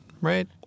right